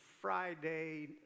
Friday